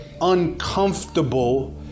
uncomfortable